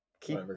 keep